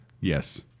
Yes